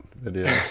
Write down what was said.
video